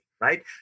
Right